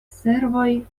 servoj